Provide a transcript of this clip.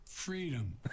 Freedom